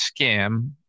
scam